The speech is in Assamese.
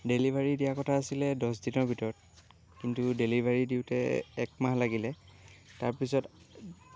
ডেলিভাৰী দিয়া কথা আছিলে দহ দিনৰ ভিতৰত কিন্তু ডেলিভাৰী দিওঁতে এক মাহ লাগিলে তাৰ পিছত